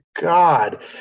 God